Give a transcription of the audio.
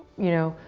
you know,